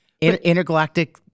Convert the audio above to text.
Intergalactic